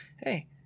Hey